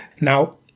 Now